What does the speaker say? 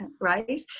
Right